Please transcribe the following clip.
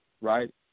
right